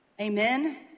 amen